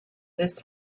this